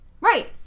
Right